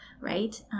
right